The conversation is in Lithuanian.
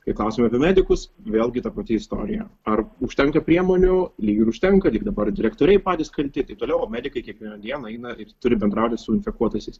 kai klausiame medikus vėlgi ta pati istorija ar užtenka priemonių lyg ir užtenka tik dabar direktoriai patys kalti taip toliau o medikai kiekvieną dieną eina ir turi bendrauti su infekuotaisiais